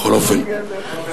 בכל אופן,